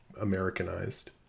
Americanized